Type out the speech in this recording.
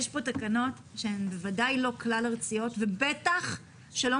יש פה תקנות שהן בוודאי לא כלל ארציות ובטח שלא